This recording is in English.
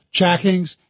jackings